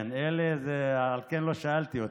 כן, אלי, לכן לא שאלתי אותו,